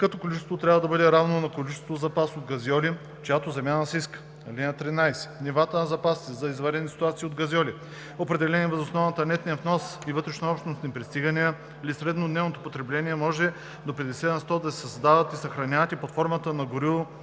като количеството трябва да бъде равно на количеството запас от газьоли, чиято замяна се иска. (13) Нивата на запасите за извънредни ситуации от газьоли, определени въз основа на нетния внос и вътрешнообщностни пристигания или среднодневното потребление, може до 50 на сто да се създават и съхраняват и под формата на гориво